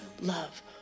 love